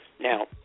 Now